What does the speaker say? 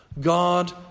God